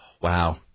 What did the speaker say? Wow